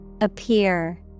Appear